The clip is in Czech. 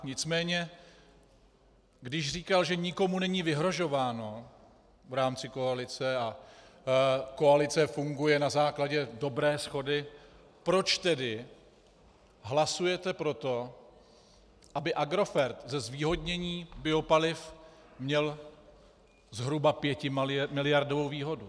Nicméně když říkal, že nikomu není vyhrožováno v rámci koalice a koalice funguje na základě dobré shody, proč tedy hlasujete pro to, aby Agrofert ze zvýhodnění biopaliv měl zhruba pětimiliardovou výhodu?